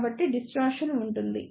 కాబట్టి డిస్టార్షన్ ఉంటుంది